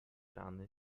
rany